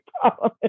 problem